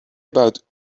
about